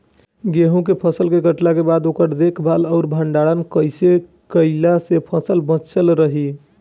गेंहू के फसल कटला के बाद ओकर देखभाल आउर भंडारण कइसे कैला से फसल बाचल रही?